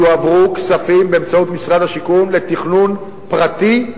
יועברו כספים באמצעות משרד השיכון לתכנון פרטי,